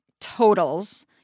totals